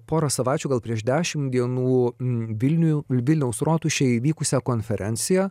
porą savaičių gal prieš dešimt dienų vilniuje vilniaus rotušėje vykusią konferenciją